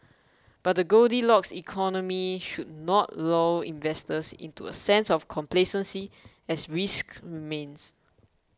but the Goldilocks economy should not lull investors into a sense of complacency as risks remain